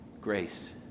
grace